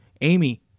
Amy